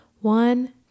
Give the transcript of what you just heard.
One